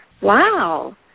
Wow